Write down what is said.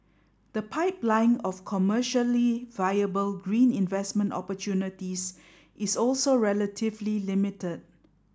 the pipeline of commercially viable green investment opportunities is also relatively limited